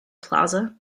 plaza